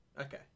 Okay